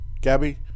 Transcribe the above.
Gabby